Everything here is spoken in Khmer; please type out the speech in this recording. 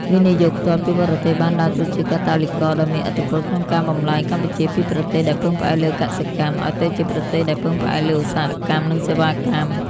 វិនិយោគផ្ទាល់ពីបរទេស បានដើរតួជាកាតាលីករដ៏មានឥទ្ធិពលក្នុងការបំប្លែងកម្ពុជាពីប្រទេសដែលពឹងផ្អែកលើកសិកម្ម ឱ្យទៅជាប្រទេសដែលពឹងផ្អែកលើឧស្សាហកម្ម និងសេវាកម្ម។